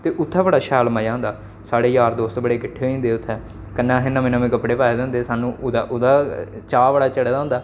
उत्थें बड़ा शैल मजा आंदा साढ़े यार दोस्त बड़े किट्ठे होई जंदे उत्थें कन्नै असें नमें नमें कपड़े पाए दे होंदे सानूं ओह्दा ओह्दा चाऽ बड़ा चड़े दा होंदा ऐ